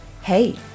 Hey